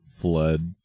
flood